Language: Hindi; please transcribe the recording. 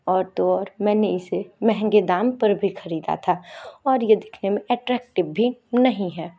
और तो और मैंने इसे महंगे दाम पर भी खरीदा था और यह दिखने में अट्रैक्टिव भी नहीं है